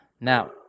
Now